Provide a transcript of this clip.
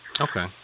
Okay